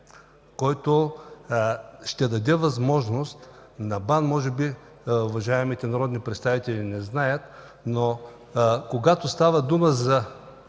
който ще даде възможност на БАН, може би уважаемите народни представители не знаят, но когато става дума за